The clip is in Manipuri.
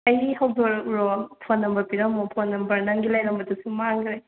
ꯑꯩ ꯍꯧꯗꯣꯔꯛꯎꯔꯣ ꯐꯣꯟ ꯅꯝꯕꯔ ꯄꯤꯔꯝꯃꯣ ꯐꯣꯟ ꯅꯝꯕꯔ ꯅꯪꯒꯤ ꯂꯩꯔꯝꯕꯗꯨꯁꯨ ꯃꯥꯡꯒ꯭ꯔꯦ